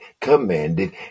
commanded